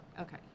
Okay